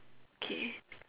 okay